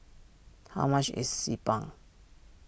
how much is Xi Ban